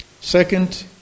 Second